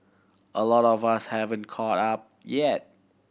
a lot of us haven't caught up yet